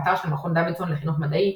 באתר של מכון דוידסון לחינוך מדעי,